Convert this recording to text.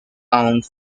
pound